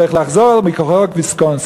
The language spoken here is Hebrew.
צריך לחזור מוויסקונסין.